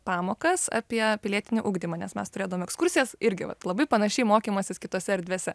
pamokas apie pilietinį ugdymą nes mes turėdavom ekskursijas irgi vat labai panašiai mokymasis kitose erdvėse